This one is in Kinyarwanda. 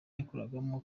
yakoragamo